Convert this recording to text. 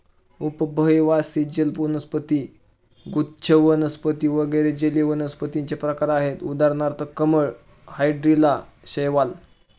उभयवासी जल वनस्पती, गुच्छ वनस्पती वगैरे जलीय वनस्पतींचे प्रकार आहेत उदाहरणार्थ कमळ, हायड्रीला, शैवाल